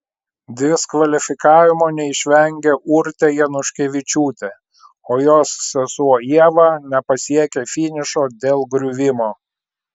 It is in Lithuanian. diskvalifikavimo neišvengė urtė januškevičiūtė o jos sesuo ieva nepasiekė finišo dėl griuvimo